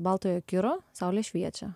baltojo kiro saulė šviečia